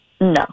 No